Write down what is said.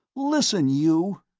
listen, you!